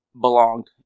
belonged